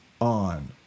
on